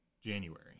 January